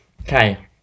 Okay